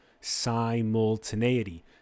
Simultaneity